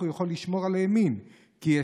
איך הוא יכול לשמור על הימין?